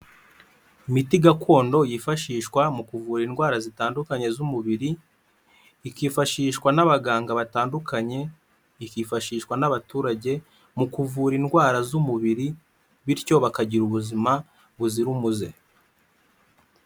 Imiti gakondo yifashishwa mu kuvura indwara zitandukanye z'umubiri, ikifashishwa n'abaganga batandukanye, ikifashishwa n'abaturage mu kuvura indwara z'umubiri bityo bakagira ubuzima buzira umuze.